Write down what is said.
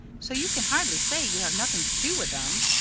so you can hardly say you have nothing to do with them.